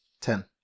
ten